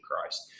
Christ